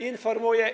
Informuję.